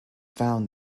found